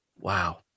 wow